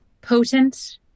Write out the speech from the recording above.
potent